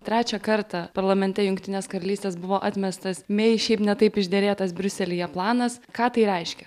trečią kartą parlamente jungtinės karalystės buvo atmestas mei šiaip ne taip išderėtas briuselyje planas ką tai reiškia